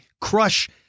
crush